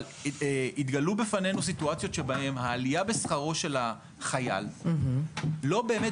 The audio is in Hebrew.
אבל התגלו בפנינו סיטואציות שבהן העלייה בשכרו של החייל לא באמת